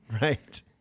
Right